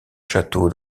château